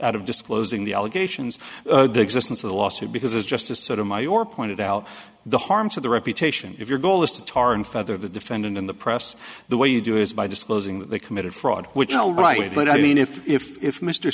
out of disclosing the allegations the existence of the lawsuit because it just is sort of my or pointed out the harm to the reputation if your goal is to tar and feather the defendant in the press the way you do is by disclosing that they committed fraud which all right but i mean if if if mr